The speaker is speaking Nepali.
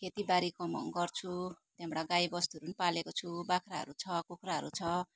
खेतीबारी कमाउ गर्छु त्यहाँबाट गाईबस्तुहरू पनि पालेको छु बाख्राहरू छ कुखुराहरू छ